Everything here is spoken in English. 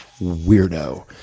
weirdo